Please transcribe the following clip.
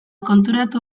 konturatu